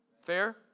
Fair